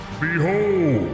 Behold